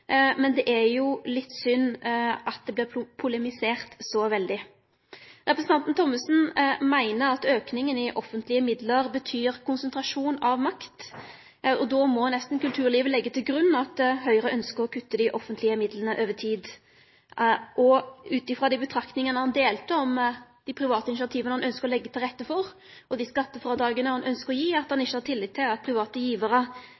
men det er jo litt synd at det vert polemisert så veldig. Representanten Thommessen meiner at auken i offentlege midlar betyr konsentrasjon av makt. Då må nesten kulturlivet leggje til grunn at Høgre ønskjer å kutte i dei offentlege midlane over tid. Ut frå dei betraktningane han delte om dei private initiativa han ønskjer å leggje til rette for, og dei skattefrådraga han ønskjer å gje, ser det ut som han ikkje har tillit til at